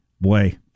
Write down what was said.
Boy